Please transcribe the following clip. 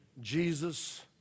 Jesus